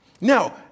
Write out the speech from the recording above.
Now